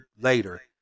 later